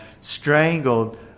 Strangled